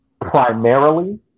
primarily